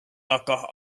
aga